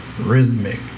rhythmic